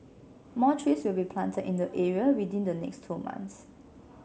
more trees will be planted in the area within the next two months